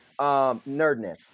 Nerdness